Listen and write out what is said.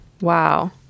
Wow